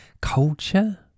culture